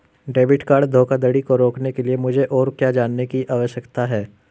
Debit card धोखाधड़ी को रोकने के लिए मुझे और क्या जानने की आवश्यकता है?